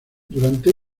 durante